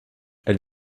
elle